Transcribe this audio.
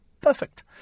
Perfect